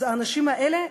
אז האנשים האלה,